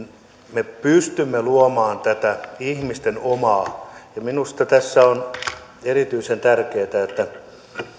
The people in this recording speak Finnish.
me pystymme luomaan tätä ihmisten omaa minusta tässä on erityisen tärkeätä että